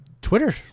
twitter